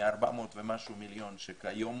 מ-400 ומשהו מיליון שכיום